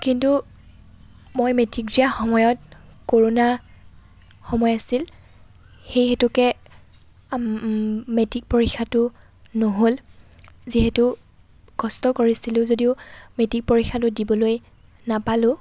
কিন্তু মই মেট্ৰিক দিয়া সময়ত কৰোণা সময় আছিল সেই হেতুকে মেট্ৰিক পৰীক্ষাটো নহ'ল যিহেতু কষ্ট কৰিছিলোঁ যদিও মেট্ৰিক পৰীক্ষাটো দিবলৈ নাপালোঁ